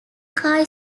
car